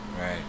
Right